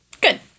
good